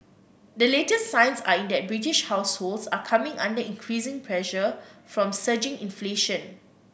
the latest signs are in that British households are coming under increasing pressure from surging inflation